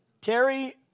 Terry